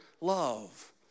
love